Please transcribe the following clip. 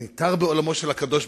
אני תר בעולמו של הקדוש-ברוך-הוא,